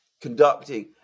conducting